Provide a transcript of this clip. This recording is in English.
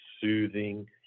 soothing